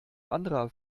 anderer